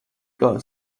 got